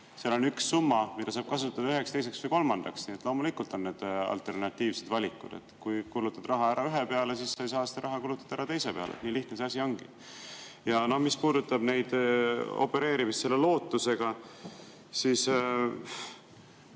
seal on üks summa, mida saab kasutada üheks, teiseks või kolmandaks. Loomulikult on need alternatiivsed valikud. Kui kulutad raha ära ühe peale, siis sa ei saa seda raha kulutada teise peale. Nii lihtne see asi ongi. Mis puudutab opereerimist lootusega, siis